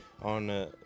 on